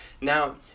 Now